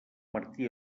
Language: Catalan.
martí